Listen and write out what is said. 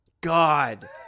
God